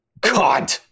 God